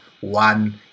one